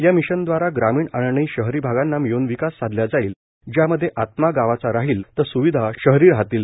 या मिशनद्वारा ग्रामीण आणि शहरी भागांना मिळून विकास साधल्या जाईल ज्यामध्ये आत्मा गावाचा राहील तर सुविधा शहरी असतील